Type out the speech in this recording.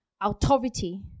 authority